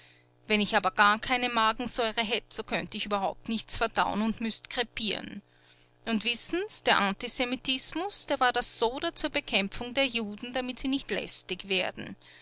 wenn ich aber gar keine magensäure hätt so könnt ich überhaupt nichts verdauen und müßt krepieren und wissen s der antisemitismus der war das soda zur bekämpfung der juden damit sie nicht lästig werden